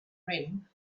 rim